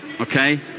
okay